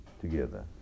together